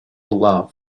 love